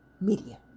media